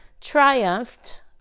triumphed